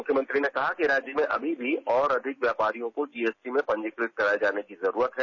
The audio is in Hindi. मुख्यमंत्री ने कहा कि राज्य में अभी भी और अधिक व्यापारियों को जीएसटी में पंजीकृत कराये जाने की जरूरत है